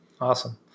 Awesome